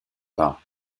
pas